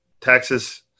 Texas